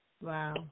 Wow